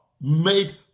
made